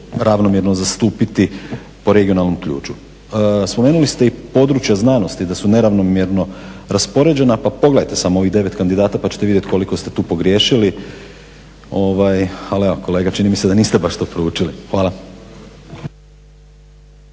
ravnomjerno zastupiti po regionalnom ključu. Spomenuli ste i područja znanosti, da su neravnomjerno raspoređena, pa pogledajte smo ovih 9 kandidata pa ćete vidjeti koliko ste tu pogriješili, ali evo kolega čini mi se da niste baš to proučili. Hvala.